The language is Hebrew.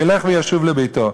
ילך וישוב לביתו.